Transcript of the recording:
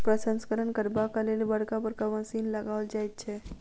प्रसंस्करण करबाक लेल बड़का बड़का मशीन लगाओल जाइत छै